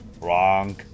Wrong